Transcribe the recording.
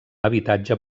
habitatge